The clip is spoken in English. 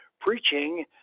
preaching